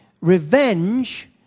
revenge